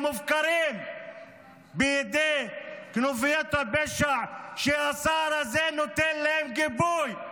המופקרים בידי כנופיית הפשע שהשר הזה נותן להם גיבוי.